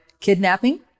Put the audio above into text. kidnapping